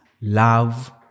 love